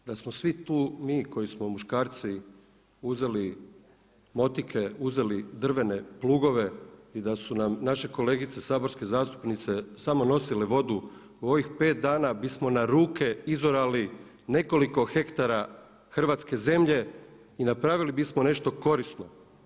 Da smo svi tu mi koji smo muškarci uzeli motike, uzeli drvene plugove i da su nam naše kolegice saborske zastupnice samo nosile vodu u ovih 5 dana bismo na ruke izorali nekoliko hektara hrvatske zemlje i napravili bismo nešto korisno.